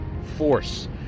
force